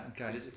Okay